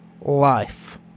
life